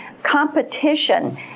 competition